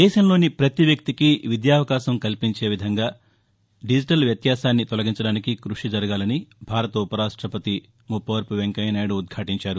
దేశంలోని ప్రతి వ్యక్తికి విద్యావకాశం కల్పించేలా దీజీటల్ వ్యత్యాసాన్ని తొలగించదానికి కృషి జరగాలని భారత ఉపరాష్టపతి ముప్పవరపు వెంకయ్యనాయుడు ఉద్భాటించారు